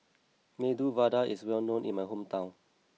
Medu Vada is well known in my hometown